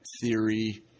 theory